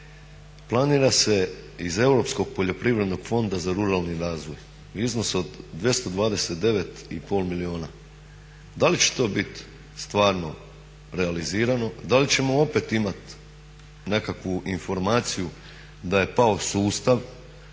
Planira se iz Europskog poljoprivrednog fonda za ruralni razvoj u iznosu od 229,5 milijuna. Da li će to biti stvarno realizirano, da li ćemo opet imati nekakvu informaciju da je pao sustav,